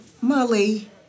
Molly